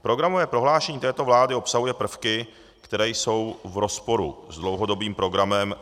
Programové prohlášení této vlády obsahuje prvky, které jsou v rozporu s dlouhodobým programem SPD.